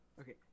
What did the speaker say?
Okay